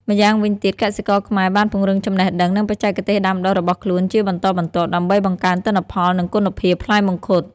ម្យ៉ាងវិញទៀតកសិករខ្មែរបានពង្រឹងចំណេះដឹងនិងបច្ចេកទេសដាំដុះរបស់ខ្លួនជាបន្តបន្ទាប់ ដើម្បីបង្កើនទិន្នផលនិងគុណភាពផ្លែមង្ឃុត។